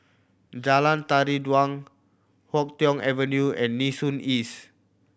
Jalan Tari Dulang Yuk Tong Avenue and Nee Soon East